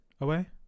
away